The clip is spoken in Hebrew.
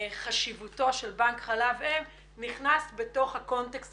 חשיבותו של בנק חלב אם נכנס בתוך הקונטקסט